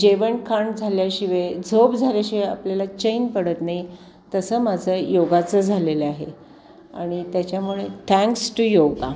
जेवणखाण झाल्याशिवाय झोप झाल्याशिवाय आपल्याला चैन पडत नाही तसं माझं योगाचं झालेलं आहे आणि त्याच्यामुळे थँक्स टू योगा